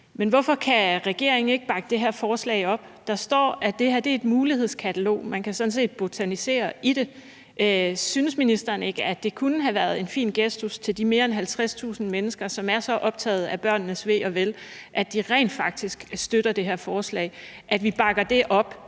Men hvorfor kan regeringen ikke bakke det her forslag op? Der står, at det her er et mulighedskatalog, og man kan sådan set botanisere i det. Synes ministeren ikke, at det kunne have været en fin gestus til de mere end 50.000 mennesker, som er så optagede af børnenes ve og vel, at de rent faktisk støtter det her forslag, at vi bakker det op?